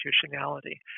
constitutionality